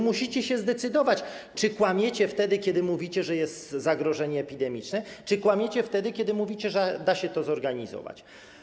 Musicie się zdecydować, czy kłamiecie wtedy, kiedy mówicie, że jest zagrożenie epidemiczne, czy kłamiecie wtedy, kiedy mówicie, że da się to zorganizować.